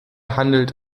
handelt